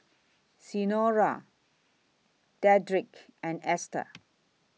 Senora Dedrick and Ester